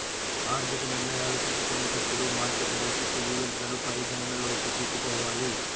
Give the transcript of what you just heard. ఆర్థిక నిర్ణయాలు తీసుకునేటప్పుడు మార్కెట్ భవిష్యత్ ఈవెంట్లను పరిగణనలోకి తీసుకోవాలి